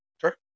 Sure